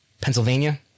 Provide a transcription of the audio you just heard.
Pennsylvania